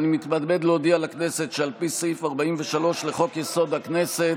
אני מתכבד להודיע לכנסת שעל פי סעיף 43 לחוק-יסוד: הכנסת,